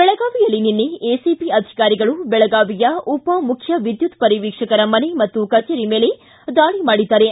ಬೆಳಗಾವಿಯಲ್ಲಿ ನಿನ್ನೆ ಎಸಿಬಿ ಅಧಿಕಾರಿಗಳು ಬೆಳಗಾವಿಯ ಉಪ ಮುಖ್ಯ ವಿದ್ಯುತ್ ಪರಿವೀಕ್ಷಕರ ಮನೆ ಮತ್ತು ಕಚೇರಿ ಮೇಲೆ ದಾಳಿ ಮಾಡಿದ್ದಾರೆ